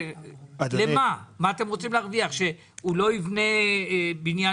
מה אתם רוצים להרוויח בזה, שהוא לא יבנה בניין?